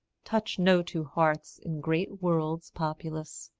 touch no two hearts in great worlds populous.